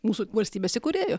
mūsų valstybės įkūrėjų